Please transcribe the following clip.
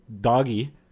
doggy